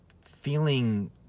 feeling